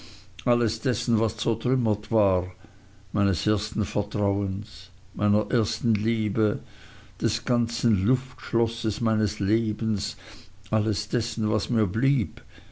alles dessen was zertrümmert war meines ersten vertrauens meiner ersten liebe des ganzen luftschlosses meines lebens alles dessen was mir blieb